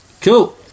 Cool